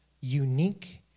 unique